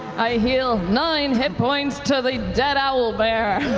i heal nine hit points to the dead owlbear.